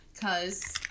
cause